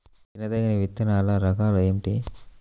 తినదగిన విత్తనాల రకాలు ఏమిటి?